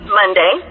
monday